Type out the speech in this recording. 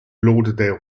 lauderdale